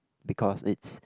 because it's